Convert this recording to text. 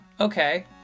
okay